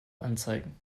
anzeigen